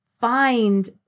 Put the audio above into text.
find